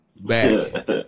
back